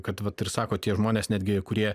kad vat ir sako tie žmonės netgi kurie